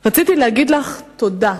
רציתי להגיד לך תודה.